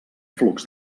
flux